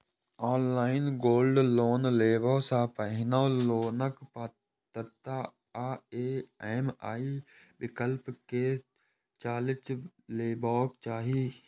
online gold loan लेबय सं पहिने लोनक पात्रता आ ई.एम.आई विकल्प कें जांचि लेबाक चाही